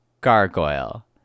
gargoyle